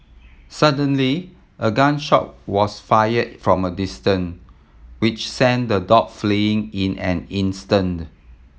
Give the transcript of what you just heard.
suddenly a gun shot was fired from a distance which sent the dog fleeing in an instant